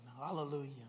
Hallelujah